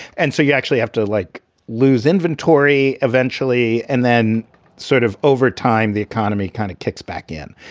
and so you actually have to like lose inventory eventually. and then sort of over time, the economy kind of kicks back in.